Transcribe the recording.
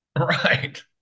right